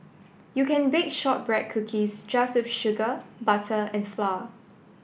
you can bake shortbread cookies just with sugar butter and flour